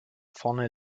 vorne